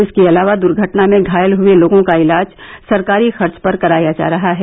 इसके अलावा द्र्घटना में घायल हुये लोगों का इलाज सरकारी खर्च पर कराया जा रहा है